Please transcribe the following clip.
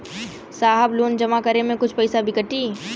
साहब लोन जमा करें में कुछ पैसा भी कटी?